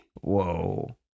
Whoa